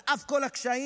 על אף כל הקשיים,